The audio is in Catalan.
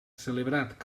celebrat